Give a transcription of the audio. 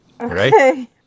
Okay